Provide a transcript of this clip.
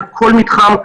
לכל מתחם,